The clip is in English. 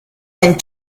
and